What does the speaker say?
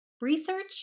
research